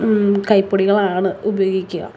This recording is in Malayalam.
കൈപ്പൊടികളാണ് ഉപയോഗിക്കുക